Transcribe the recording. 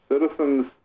Citizens